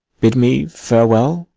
bid me farewell.